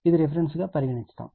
ఇది రిఫరెన్స్ గా పరిగణించండి